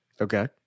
Okay